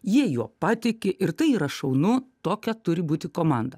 jie juo patiki ir tai yra šaunu tokia turi būti komanda